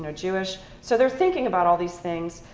and jewish. so they're thinking about all these things.